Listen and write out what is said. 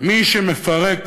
מי שמפרק